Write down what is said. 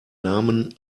namen